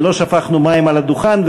ולא שפכנו מים על הדוכן,